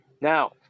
Now